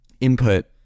input